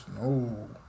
No